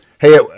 Hey